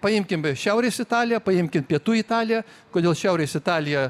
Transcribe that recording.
paimkim šiaurės italiją paimkim pietų italiją kodėl šiaurės italija